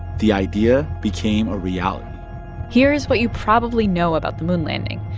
the idea became a reality here's what you probably know about the moon landing.